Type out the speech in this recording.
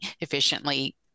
efficiently